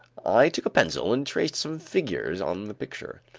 i took a pencil and traced some figures on the picture.